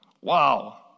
Wow